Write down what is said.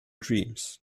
dreams